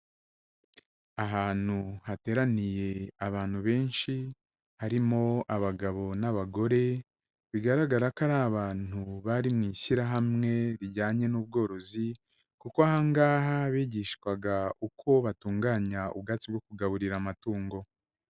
Ahantu hateraniye abantu benshi, harimo abagabo n'abagore, bigaragara ko ari abantu bari mu ishyirahamwe rijyanye n'ubworozi, kuko aha ngaha bigishwaga uko batunganya ubwatsi bwo kugaburira amatungo.